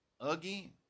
Again